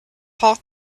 hot